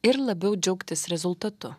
ir labiau džiaugtis rezultatu